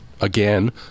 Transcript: again